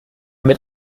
mit